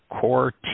core